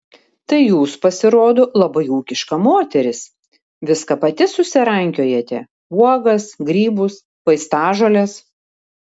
tai jūs pasirodo labai ūkiška moteris viską pati susirankiojate uogas grybus vaistažoles